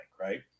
right